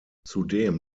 zudem